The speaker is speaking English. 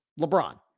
LeBron